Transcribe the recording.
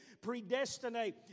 predestinate